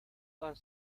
are